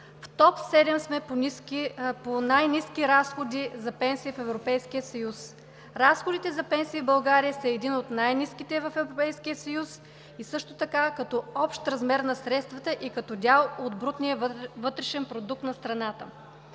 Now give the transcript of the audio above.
В топ 7 сме по най-ниски разходи за пенсии в Европейския съюз. Разходите за пенсии в България са един от най ниските в Европейския съюз и също така като общ размер на средствата, и като дял от брутния вътрешен продукт на страната.